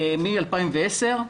מ-2010,